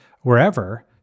wherever